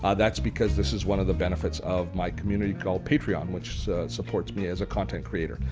ah that's because this is one of the benefits of my community called patreon which supports me as a content creator.